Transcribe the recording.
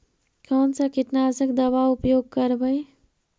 कोन सा कीटनाशक दवा उपयोग करबय?